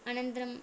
अनन्तरं